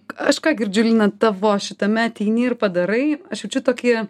aš ką girdžiu lina tavo šitame ateini ir padarai aš jaučiu tokį